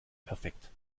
perfekt